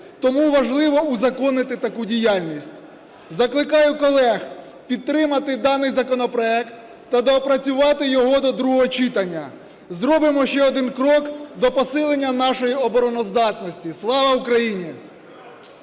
Тому важливо узаконити таку діяльність. Закликаю колег підтримати даний законопроект та доопрацювати його до другого читання. Зробимо ще один крок до посилення нашої обороноздатності. Слава Україні!